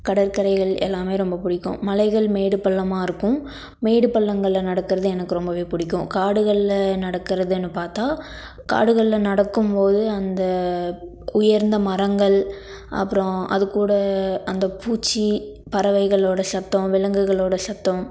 கடற்கரைகள் எல்லாமே ரொம்ப பிடிக்கும் மலைகள் மேடு பள்ளமாக இருக்கும் மேடு பள்ளங்களில் நடக்கிறது எனக்கு ரொம்பவே பிடிக்கும் காடுகளில் நடக்கிறதுனு பார்த்தா காடுகளில் நடக்கும்போது அந்த உயர்ந்த மரங்கள் அப்புறம் அது கூட அந்த பூச்சி பறவைகளோடய சத்தம் விலங்குகளோடய சத்தம்